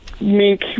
mink